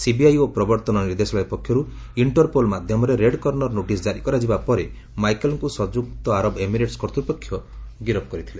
CBI ଓ ପ୍ରବର୍ତ୍ତନ ନିର୍ଦ୍ଦେଶାଳୟ ପକ୍ଷରୁ ଇଣ୍ଟରପୋଲ୍ ମାଧ୍ୟମରେ ରେଡ୍ କର୍ଷର୍ ନୋଟିସ୍ ଜାରି କରାଯିବା ପରେ ମାଇକେଲ୍ଙ୍କୁ ସଂଯୁକ୍ତ ଆରବ ଏମିରେଟ୍ସ୍ କର୍ତ୍ତ୍ୱପକ୍ଷ ଗିରଫ କରିଥିଲେ